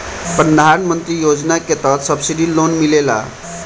प्रधान मंत्री योजना के तहत सब्सिडी लोन मिलेला